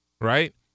Right